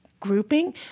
Grouping